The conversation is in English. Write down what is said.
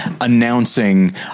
announcing